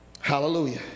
Hallelujah